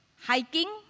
hiking